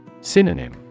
Synonym